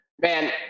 Man